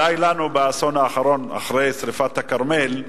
די לנו באסון האחרון, אחרי שרפת הכרמל,